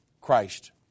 Christ